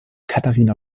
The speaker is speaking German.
katharina